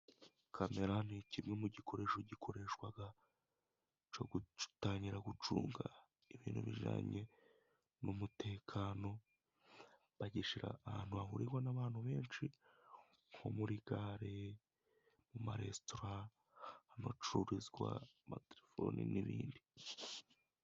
Kamera ni kimwe mu gikoresho gikoreshwa cyo gutangira gucunga ibintu bijyanye n'umutekano, bagishyira ahantu hahurirwa n'abantu benshi nko muri gare, mu maresitora, ahantu hacururizwa amatelefoni n'ibindi.